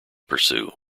pursue